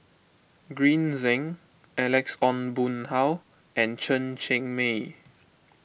Green Zeng Alex Ong Boon Hau and Chen Cheng Mei